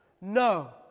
No